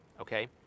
okay